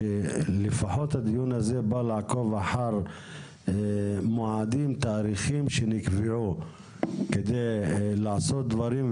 שלפחות הדיון הזה בא לעקוב אחר מועדים ותאריכים שנקבעו כדי לעשות דברים,